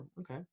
Okay